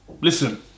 Listen